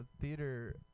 theater